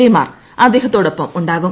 A മാർ അദ്ദേഹത്തോടൊപ്പം ഉണ്ടാകും